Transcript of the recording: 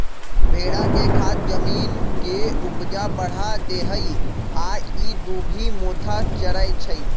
भेड़ा के खाद जमीन के ऊपजा बढ़ा देहइ आ इ दुभि मोथा चरै छइ